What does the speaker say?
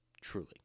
Truly